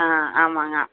ஆ ஆமாங்க